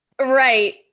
right